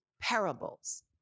parables